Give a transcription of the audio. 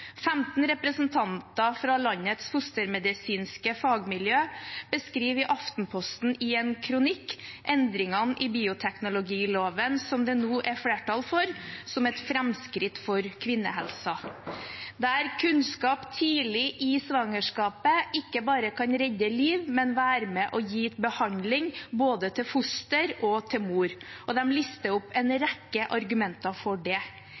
beskriver 15 representanter fra landets fostermedisinske fagmiljø endringene i bioteknologiloven – som det nå er flertall for – som et framskritt for kvinnehelsen, der kunnskap tidlig i svangerskapet ikke bare kan redde liv, men kan være med og gi behandling til både foster og mor. De lister opp en rekke argumenter for det.